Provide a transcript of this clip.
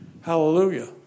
Hallelujah